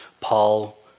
Paul